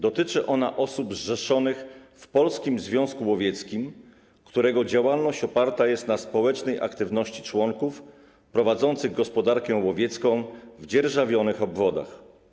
Dotyczy ona osób zrzeszonych w Polskim Związku Łowieckim, którego działalność oparta jest na społecznej aktywności członków prowadzących gospodarkę łowiecką w dzierżawionych obwodach.